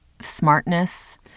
smartness